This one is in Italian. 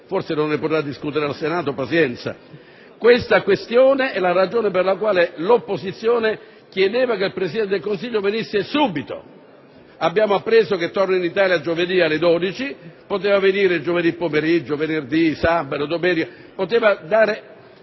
forse non ne potrà discutere al Senato; pazienza! Questa è la ragione per la quale l'opposizione chiedeva che il Presidente del Consiglio intervenisse subito; abbiamo appreso che tornerà in Italia giovedì prossimo alle ore 12. Poteva venire giovedì pomeriggio, venerdì, sabato o domenica, poteva dare